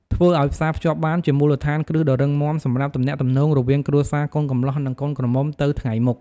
ធ្វើអោយផ្សារភ្ជាប់បាន ជាមូលដ្ឋានគ្រឹះដ៏រឹងមាំសម្រាប់ទំនាក់ទំនងរវាងគ្រួសារកូនកម្លោះ និងកូនក្រមុំទៅថ្ងៃមុខ។